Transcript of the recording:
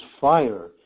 fire